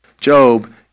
Job